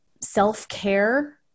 self-care